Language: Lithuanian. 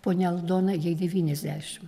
ponią aldoną jai devyniasdešim